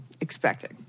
expecting